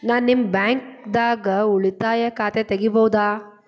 ನಾ ನಿಮ್ಮ ಬ್ಯಾಂಕ್ ದಾಗ ಉಳಿತಾಯ ಖಾತೆ ತೆಗಿಬಹುದ?